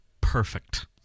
Perfect